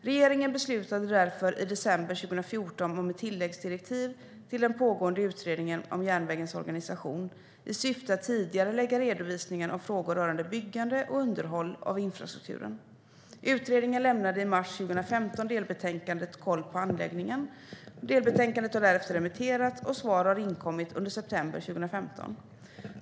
Regeringen beslutade därför i december 2014 om ett tilläggsdirektiv till den pågående utredningen om järnvägens organisation i syfte att tidigarelägga redovisningen av frågor rörande byggande och underhåll av infrastrukturen. Utredningen lämnade i mars 2015 delbetänkandet Koll på anläggningen . Delbetänkandet har därefter remitterats, och svar har inkommit under september 2015.